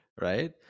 right